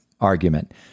argument